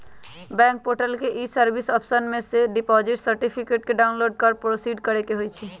bank portal के e service option में से डिपॉजिट सर्टिफिकेट डाउनलोड कर प्रोसीड करेके होइ छइ